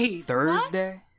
Thursday